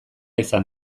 izan